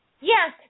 Yes